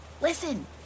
listen